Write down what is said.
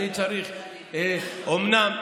אומנם,